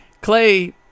Clay